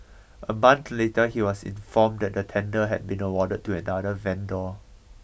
a month later he was informed that the tender had been awarded to another vendor